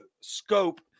scope